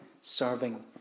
serving